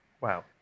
Wow